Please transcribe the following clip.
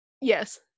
Yes